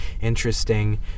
interesting